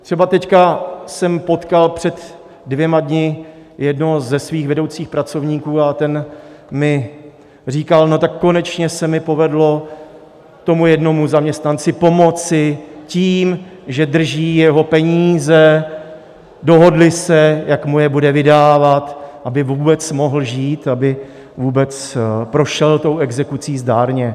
Třeba teď jsem potkal před dvěma dny jednoho ze svých vedoucích pracovníků a ten mi říkal: No, tak konečně se mi povedlo tomu jednomu zaměstnanci pomoci tím, že drží jeho peníze, dohodli se, jak mu je bude vydávat, aby vůbec mohl žít, aby vůbec prošel tou exekucí zdárně.